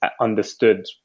understood